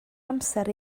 amser